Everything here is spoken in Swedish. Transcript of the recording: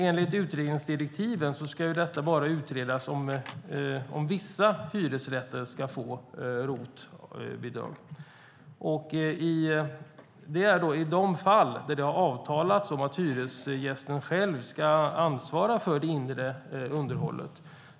Enligt utredningsdirektiven ska det bara utredas om vissa hyresrätter ska omfattas av ROT-avdrag, nämligen i de fall där det har avtalats att hyresgästen själv ska ansvara för det inre underhållet.